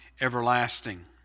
everlasting